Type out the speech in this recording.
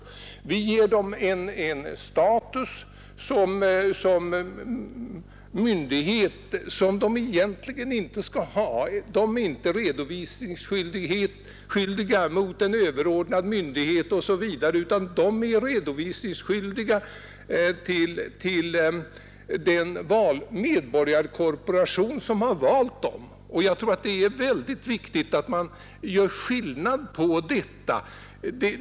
Vi ger den en status som myndighet, något som den egentligen inte skall ha. Den är inte redovisningsskyldig mot överordnad myndighet osv., utan den är redovisningsskyldig till den medborgarkorporation som valt ledamöterna. Det är ytterst viktigt att göra skillnad på detta.